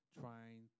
Trying